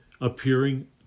appearing